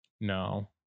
No